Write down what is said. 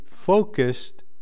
focused